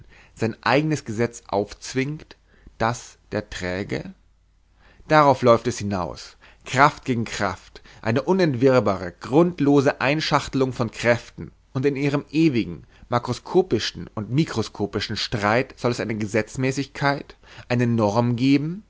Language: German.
sein eigenes gesetz aufzwingt das der träge darauf läuft es hinaus kraft gegen kraft eine unentwirrbare grundlose einschachtelung von kräften und in ihrem ewigen makroskopischsten und mikroskopischsten streit soll es eine gesetzmäßigkeit eine norm geben